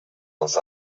als